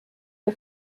der